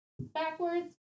Backwards